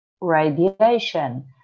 radiation